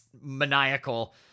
maniacal